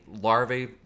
larvae